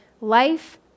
life